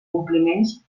compliments